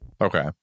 Okay